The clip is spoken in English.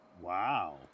Wow